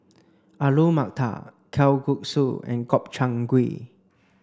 Alu Matar Kalguksu and Gobchang Gui